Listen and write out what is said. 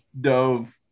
dove